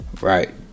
right